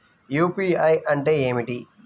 UPI అంటే ఏమిటి?